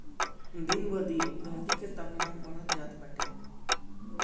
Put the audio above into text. दिन ब दिन धरती के तापमान बढ़त जात बाटे